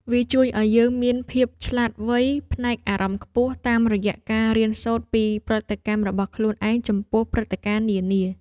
វាជួយឱ្យយើងមានភាពឆ្លាតវៃផ្នែកអារម្មណ៍ខ្ពស់ តាមរយៈការរៀនសូត្រពីប្រតិកម្មរបស់ខ្លួនឯងចំពោះព្រឹត្តិការណ៍នានា។